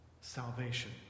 salvation